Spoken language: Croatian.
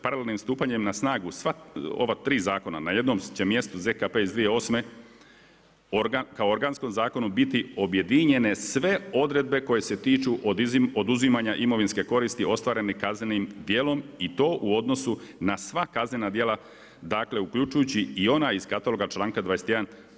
Paralelnim stupanjem na snagu sva ova tri zakona na jednom će mjestu ZKP iz 2008. kao organskom zakonu biti objedinjene sve odredbe koje se tiču oduzimanja imovinske koristi ostvareni kaznenim djelom i to u odnosu na sva kaznena djela, dakle uključujući i ona iz kataloga članka 21.